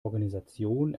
organisation